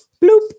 bloop